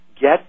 get